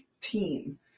team